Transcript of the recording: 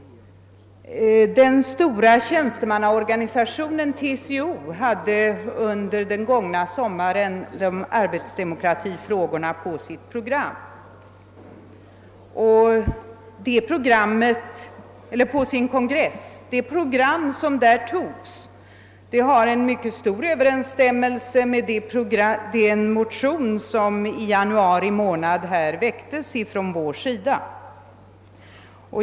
Den stora tjänstemannaorganisationen TCO hade under den gångna sommaren arbetsdemokratifrågorna uppe på sin krongress. Det program som där antogs överensstämmer i stora delar med den motion som i januari månad väcktes här från vår sida.